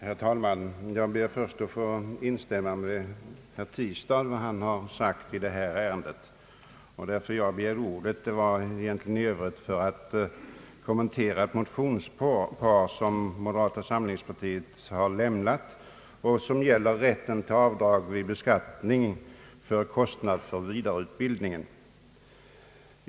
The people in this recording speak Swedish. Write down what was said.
Herr talman! Jag ber att först få instämma i vad herr Tistad sagt i detta ärende. Jag begärde ordet för att dessutom kommentera ett motionspar, som moderata samlingspartiet ingivit och som gäller rätt till avdrag vid beskattningen för kostnad för vidareutbildning.